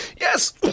yes